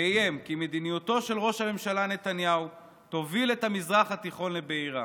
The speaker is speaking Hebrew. ואיים כי מדיניותו של ראש הממשלה נתניהו תוביל את המזרח התיכון לבעירה.